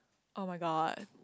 [oh]-my-god